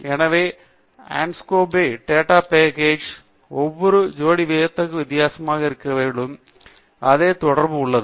எனவே Anscombe data package ஒவ்வொரு ஜோடி வியத்தகு வித்தியாசமாக இருந்த போதிலும் அதே தொடர்பு உள்ளது